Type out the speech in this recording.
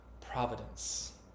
providence